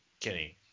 Kenny